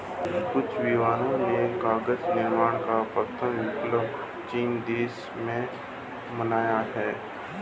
कुछ विद्वानों ने कागज निर्माण का प्रथम प्रकल्प चीन देश में माना है